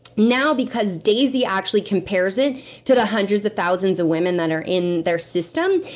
now, because daisy actually compares it to the hundreds of thousands of women that are in their system,